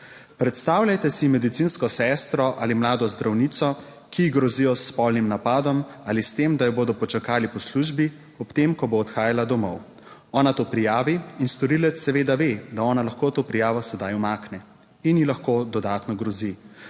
»Predstavljajte si medicinsko sestro ali mlado zdravnico, ki ji grozijo s spolnim napadom ali s tem, da jo bodo počakali po službi ob tem, ko bo odhajala domov. Ona to prijavi in storilec seveda ve, da ona lahko to prijavo sedaj umakne, in ji lahko dodatno grozi.